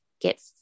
get